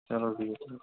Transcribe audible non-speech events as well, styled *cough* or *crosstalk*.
چلو بِہِو *unintelligible*